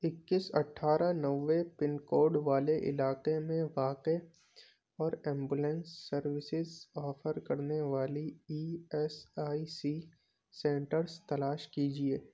اکیس اٹھارہ نوے پن کوڈ والے علاقے میں واقع اور ایمبولینس سروسز آفر کرنے والی E S I C centres تلاش کیجیے